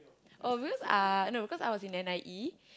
oh because uh no because I was in N_I_E